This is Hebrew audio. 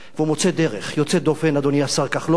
והוא מוצא דרך יוצאת דופן, אדוני השר כחלון,